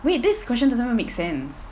wait this question doesn't even make sense